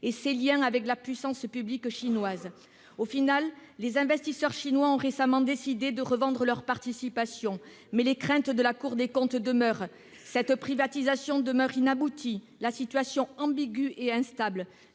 et ses liens avec la puissance publique chinoise. Finalement, les investisseurs chinois ont récemment décidé de revendre leur participation, mais les craintes de la Cour des comptes demeurent. Cette privatisation reste inaboutie, la situation, ambiguë et instable.